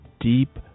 deep